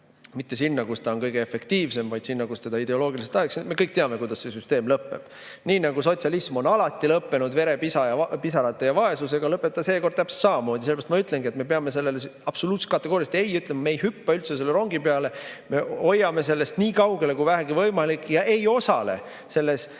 mitte sinna, kus ta on kõige efektiivsem, vaid sinna, kus teda ideoloogiliselt tahetakse. Me kõik teame, kuidas see süsteem lõpeb. Nii nagu sotsialism on alati lõppenud: vere, pisarate ja vaesusega, lõpeb ta seekord täpselt samamoodi. Seepärast ma ütlengi, et me peame sellele absoluutselt ja kategooriliselt ei ütlema, me ei hüppa üldse selle rongi peale, me hoiame sellest nii kaugele kui vähegi võimalik ega osale selles